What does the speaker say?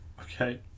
Okay